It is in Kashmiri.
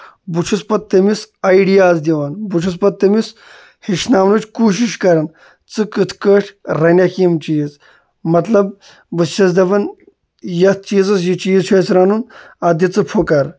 بہٕ چھُس پَتہٕ تٔمِس اَیڈِیاز دِوان بہٕ چھُس پَتہٕ تٔمِس ہیٚچھناونٕچ کوٗشِش کران ژٕ کِتھ کٔٹھۍ رَنَکھ یِم چیٖز مطلب بہٕ چھَس دَپان یَتھ چیٖزَس یہِ چیٖز چھُ اَسہِ رَنُن اَتھ دِ ژٕ پھٕکَر